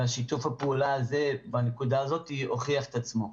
שיתוף הפעולה בנקודה הזאת הוכיח את עצמו.